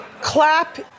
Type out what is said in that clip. clap